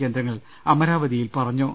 കേന്ദ്രങ്ങൾ അമരാവതിയിൽ പറഞ്ഞു